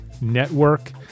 Network